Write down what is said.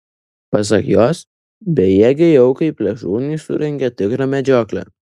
pasak jos bejėgei aukai plėšrūnai surengė tikrą medžioklę